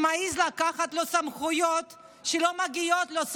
שמעז לקחת לו סמכויות שלא מגיעות לו.